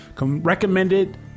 recommended